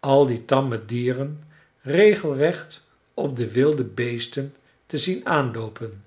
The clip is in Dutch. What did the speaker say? al die tamme dieren regelrecht op de wilde beesten te zien aanloopen